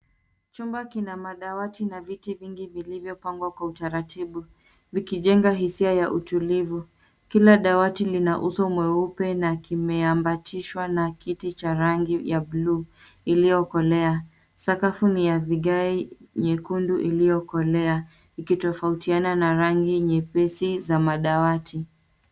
Chumba kina madawati na viti vingi vilivyopangwa kwa utaratibu vikijenga hisia ya utulivu. Kila dawati lina uso mweupe na kimeambatishwa na kiti cha rangi ya buluu iliyokolea. Sakafu ni ya vigae nyekundu iliyokolea ikitofautiana na rangi nyepesi za madawati.